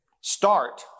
Start